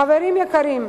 חברים יקרים,